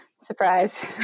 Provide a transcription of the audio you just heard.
surprise